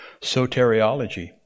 soteriology